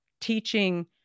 teaching